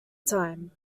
time